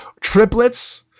triplets